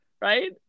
Right